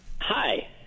Hi